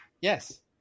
yes